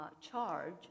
charge